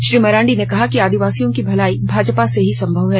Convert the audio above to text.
श्री मरांडी ने कहा कि आदिवासियों की भलाई भाजपा से ही संभव है